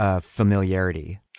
familiarity